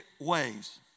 ways